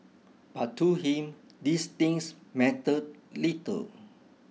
but to him these things mattered little